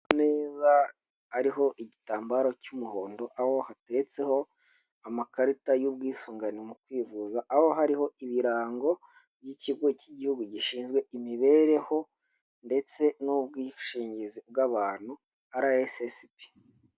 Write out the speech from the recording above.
Ameza ariho igitambaro cy'umuhondo, aho hateretseho amakarita y'ubwisungane mu kwivuza, aho hariho ibirango by'ikigo cy'igihugu gishinzwe imibereho ndetse n,ubwishingizi bw'abantu, RSSB.